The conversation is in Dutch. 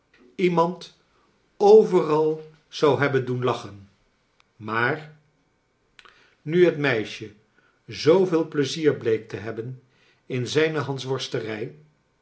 iemand kit overal zou hebben doen lachen maar nu het meisje zooveel pleizier bleek te hebben in zijne hansworterij